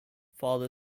farther